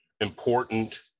important